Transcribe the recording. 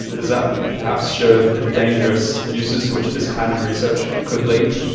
does that perhaps show the dangerous uses to which this kind of research could lead?